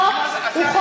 לא רק,